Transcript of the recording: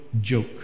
joke